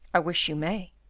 i wish you may.